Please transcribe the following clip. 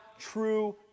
true